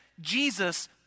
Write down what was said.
Jesus